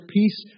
peace